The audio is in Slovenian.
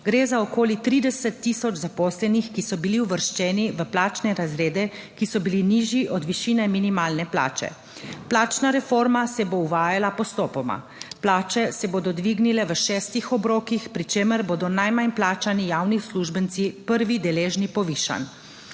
Gre za okoli 30000 zaposlenih, ki so bili uvrščeni v plačne razrede, ki so bili nižji od višine minimalne plače. Plačna reforma se bo uvajala postopoma. Plače se bodo dvignile v šestih obrokih, pri čemer bodo najmanj plačani javni uslužbenci prvi deležni povišanj.